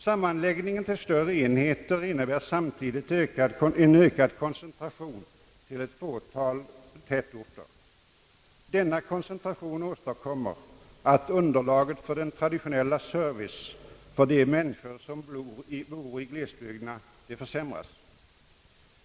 Sammanläggningen till större enheter innebär samtidigt en ökad koncentration till ett fåtal tätorter. Denna koncentration åstadkommer, att underlaget för den traditionella service för de människor som bor i glesbygderna försämras.